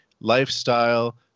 lifestyle